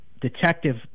detective